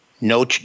No